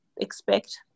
expect